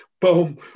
Boom